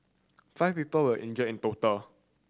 five people were injured in total